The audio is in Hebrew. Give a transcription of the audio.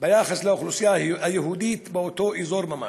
ביחס לאוכלוסייה היהודית באותו אזור ממש.